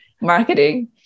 marketing